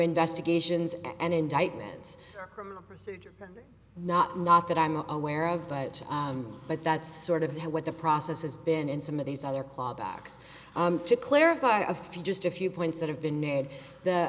investigations and indictments or not not that i'm aware of but but that's sort of what the process has been in some of these other clawbacks to clarify a few just a few points that have been named the